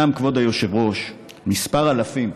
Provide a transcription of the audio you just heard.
יש, כבוד היושב-ראש, כמה אלפים,